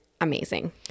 amazing